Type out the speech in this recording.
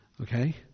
Okay